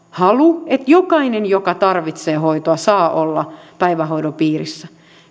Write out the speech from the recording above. halu että jokainen joka tarvitsee hoitoa saa olla päivähoidon piirissä